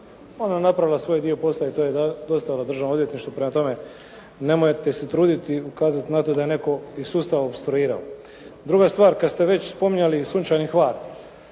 Ona je napravila svoj dio posla i to je dostavila državnom odvjetništvu. Prema tome nemojte se truditi ukazati na to da je iz sustava opstruirao. Druga stvar, kada ste već spominjali "Sunčani Hvar",